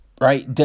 right